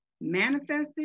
manifested